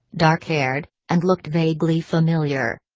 dark-haired, and looked vaguely familiar.